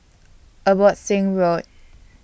Abbotsingh Road